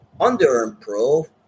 under-improve